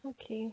okay